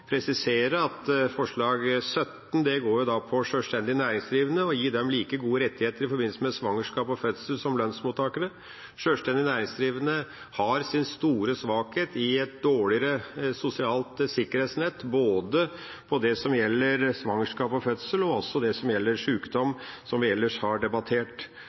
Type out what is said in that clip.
at forslag nr. 17 går på å gi sjølstendig næringsdrivende like gode rettigheter i forbindelse med svangerskap og fødsel som lønnsmottakere. Sjølstendig næringsdrivende har sin store svakhet i et dårligere sosialt sikkerhetsnett både når det gjelder svangerskap og fødsel, og når det gjelder sykdom, som vi ellers har debattert.